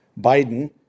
Biden